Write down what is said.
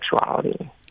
Sexuality